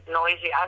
noisy